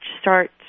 start